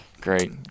Great